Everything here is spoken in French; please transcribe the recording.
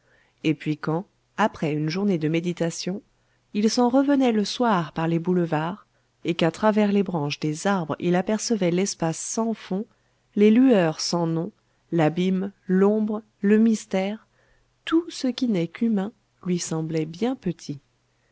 et puis quand après une journée de méditation il s'en revenait le soir par les boulevards et qu'à travers les branches des arbres il apercevait l'espace sans fond les lueurs sans nom l'abîme l'ombre le mystère tout ce qui n'est qu'humain lui semblait bien petit